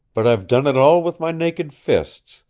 but i've done it all with my naked fists,